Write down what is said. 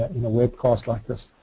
in a web cost like this.